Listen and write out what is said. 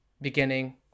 beginning